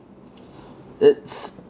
it's